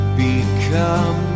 become